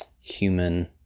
human